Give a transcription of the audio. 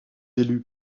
élu